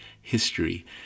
history